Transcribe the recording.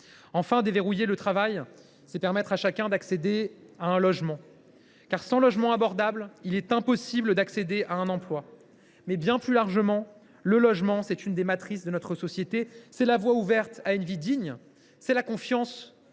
Enfin, déverrouiller le travail, c’est permettre à chacun d’accéder à un logement, car sans logement abordable, il est impossible d’accéder à un emploi. Plus largement, le logement est une des matrices de notre société. C’est la voie ouverte à une vie digne. C’est la confiance